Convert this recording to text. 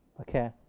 Okay